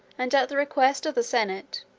and at the request of the senate,